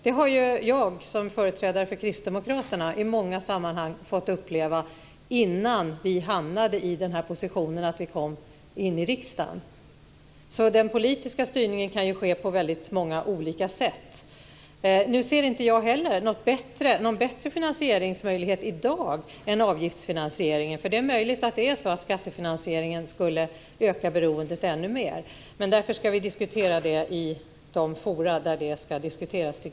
Det har jag som företrädare för Kristdemokraterna i många sammanhang fått uppleva innan vi hamnade i positionen att vi kom in i riksdagen. Den politiska styrningen kan alltså ske på många olika sätt. Jag ser inte heller någon bättre finansieringsmöjlighet i dag än avgiftsfinansieringen. Det är möjligt att skattefinansieringen skulle öka beroendet ännu mer. Därför ska vi diskutera det i de forum där det ska diskuteras.